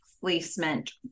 placement